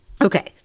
Okay